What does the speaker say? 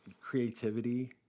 creativity